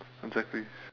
exactly